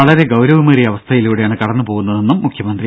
വളരെ ഗൌരവമേറിയ അവസ്ഥയിലൂടെയാണ് കടന്നുപോകുന്നതെന്നും മുഖ്യമന്ത്രി